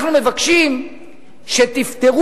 אנחנו מבקשים שתפטרו,